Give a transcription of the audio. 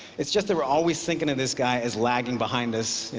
it's just that we're always thinking of this guy as lagging behind us,